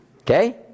Okay